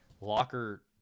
locker